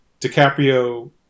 DiCaprio